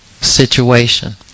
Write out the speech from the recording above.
situation